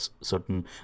certain